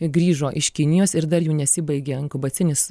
grįžo iš kinijos ir dar jų nesibaigia inkubacinis